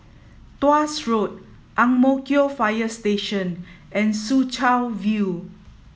Tuas Road Ang Mo Kio Fire Station and Soo Chow View